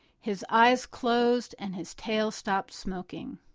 his eyes closed and his tail stopped smoking.